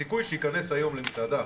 הסיכוי עכשיו שיכנס היום למסעדה